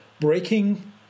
breaking